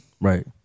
Right